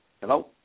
Hello